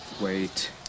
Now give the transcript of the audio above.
Wait